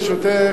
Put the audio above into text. ברשותך,